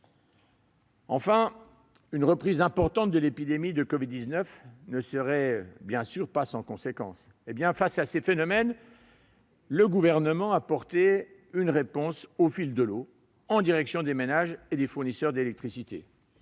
Enfin, une reprise importante de l'épidémie de covid-19 ne serait, bien sûr, pas sans conséquence. Face à ces aléas, le Gouvernement a apporté une réponse au fil de l'eau, en direction des ménages et des fournisseurs d'électricité.